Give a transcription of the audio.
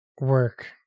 work